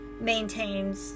maintains